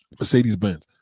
mercedes-benz